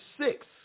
six